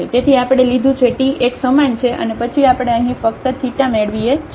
તેથી આપણે લીધું છે t એક સમાન છે અને પછી આપણે અહીં ફક્ત θ મેળવીએ છીએ